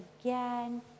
again